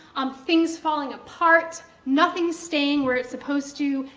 um things falling apart, nothing staying where it's supposed to,